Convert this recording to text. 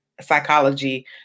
psychology